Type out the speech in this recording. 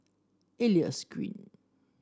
Elias Green